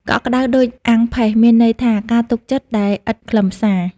កក់ក្តៅដូចអាំងផេះ មានន័យថា ការទុកចិត្ត ដែលឥតខ្លឹមសារ ។